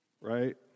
right